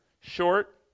Short